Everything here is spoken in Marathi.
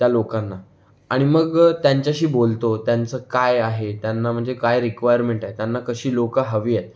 त्या लोकांना आणि मग त्यांच्याशी बोलतो त्यांचं काय आहे त्यांना म्हणजे काय रिक्वायरमेन्ट आहे त्यांना कशी लोकं हवी आहेत